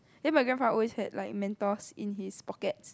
then my grandfather always had like Mentos in his pocket